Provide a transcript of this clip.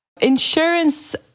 Insurance